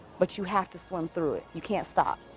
but you have to swim through it. you can't stop.